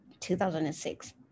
2006